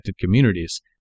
Communities